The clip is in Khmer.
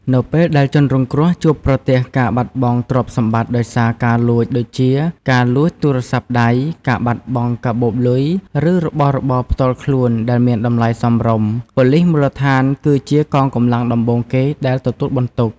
នៅពេលដែលជនរងគ្រោះជួបប្រទះការបាត់បង់ទ្រព្យសម្បត្តិដោយសារការលួចដូចជា ការលួចទូរស័ព្ទដៃ ការបាត់បង់កាបូបលុយ ឬរបស់របរផ្ទាល់ខ្លួនដែលមានតម្លៃសមរម្យ ប៉ូលិសមូលដ្ឋានគឺជាកងកម្លាំងដំបូងគេដែលទទួលបន្ទុក។